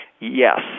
Yes